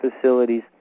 facilities